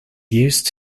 used